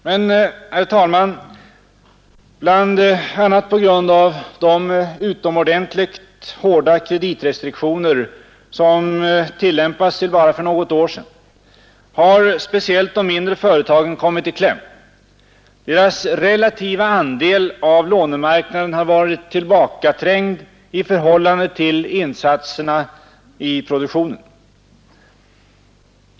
Men bl.a. på grund av de utomordentligt hårda kreditrestriktioner som tillämpats till bara för något år sedan har speciellt de mindre företagen kommit i kläm. Deras relativa andel av lånemarknaden har varit tillbakaträngd i förhållande till insatserna i produktionen.